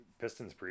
pistons